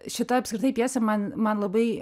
šita apskritai pjesė man man labai